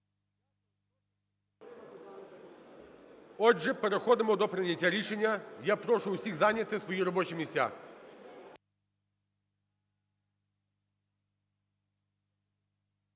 Отже, переходимо до прийняття рішення. Я прошу усіх зайняти свої робочі місця.